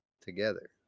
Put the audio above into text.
together